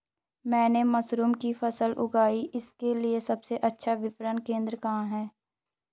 मैंने मशरूम की फसल उगाई इसके लिये सबसे अच्छा विपणन केंद्र कहाँ है?